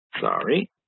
Sorry